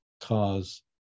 cause